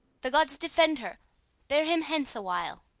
the gods defend her bear him hence awhile.